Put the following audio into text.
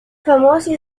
famosi